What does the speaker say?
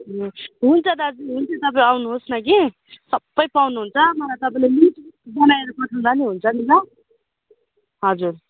हुन्छ दाजु हुन्छ तपाईँ आउनुहोस् न कि सबै पाउनुहुन्छ मलाई तपाईँले लिस्ट बनाएर पठाउँदान पनि हुन्छ नि ल हजुर